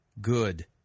good